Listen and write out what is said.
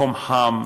מקום חם,